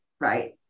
right